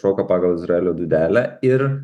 šoka pagal izraelio dūdelę ir